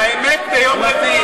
בקריית-משה ברחובות,